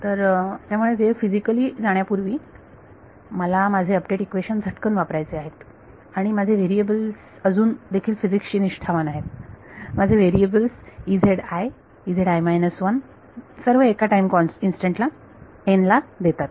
तर त्यामुळे wave physically जाण्यापूर्वी मला माझे अपडेट इक्वेशन झटकन वापरायचे आहेत आणि माझे व्हेरिएबल अजून देखील फिजिक्स शी निष्ठावान आहेत माझे व्हेरिएबल सर्व एका टाईम इन्स्टंट n ला देतात